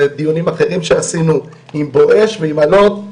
דיונים אחרים שעשינו עם בואש ועם אלות.